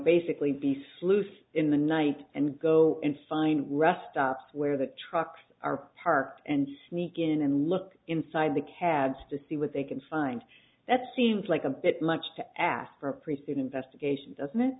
basically be sluiced in the night and go in find rest up where the trucks are parked and sneak in and look inside the cabs to see what they can find that seems like a bit much to ask for a priest investigation doesn't